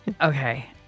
Okay